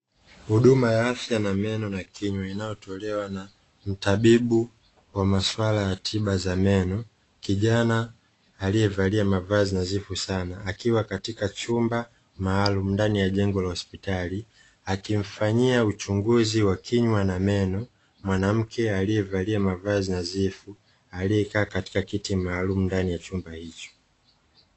Huduma ya afya ya meno na kinywa inayotolea na mtabibu wa maswala ya tiba ya meno, kijana aliyevalia mavazi nadhifu sana akiwa katika chumba maalumu ndani ya jengo la hospitali akimfanyia uchunguzi wa kinywa na meno, mwanamke aliyevalia mavazi nadhifu aliyekaa katika kiti maalumu katika chumba hicho.